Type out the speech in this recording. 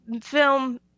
film